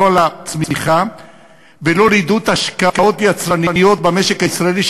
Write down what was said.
לא לצמיחה ולא לעידוד השקעות יצרניות במשק הישראלי,